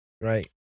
right